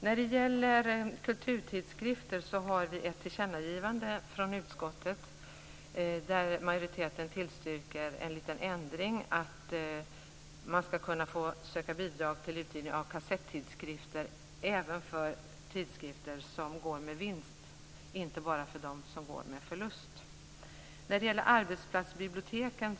När det gäller kulturtidskrifter gör utskottet ett tillkännagivande, där majoriteten tillstyrker en ändring som innebär att man skall kunna söka bidrag till utgivning av kassettidskrifter, även för tidskrifter som går med vinst. Det finns också ett tillkännagivande när det gäller arbetsplatsbiblioteken.